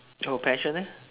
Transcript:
your passion eh